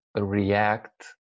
react